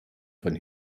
von